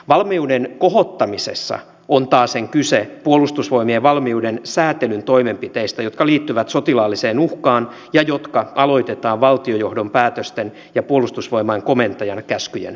valmiuden kohottamisessa on taasen kyse puolustusvoimien valmiuden säätelyn toimenpiteistä jotka liittyvät sotilaalliseen uhkaan ja jotka aloitetaan valtiojohdon päätösten ja puolustusvoimain komentajan käskyjen mukaisesti